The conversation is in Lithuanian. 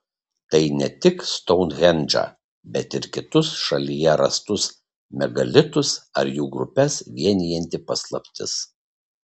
tai ne tik stounhendžą bet ir kitus šalyje rastus megalitus ar jų grupes vienijanti paslaptis